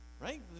Right